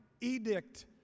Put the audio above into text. edict